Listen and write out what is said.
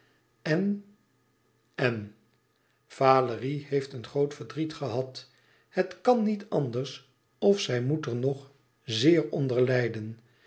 en valérie heeft een groot verdriet gehad het kan niet anders of zij moet er nu nog zeer onder lijden